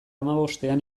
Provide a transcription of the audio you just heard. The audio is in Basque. hamabostean